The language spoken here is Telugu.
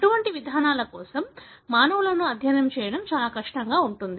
అటువంటి విధానాల కోసం మానవులను అధ్యయనం చేయడం చాలా కష్టంగా ఉంటుంది